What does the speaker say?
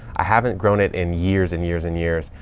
i haven't grown it in years and years and years,